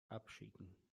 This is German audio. abschicken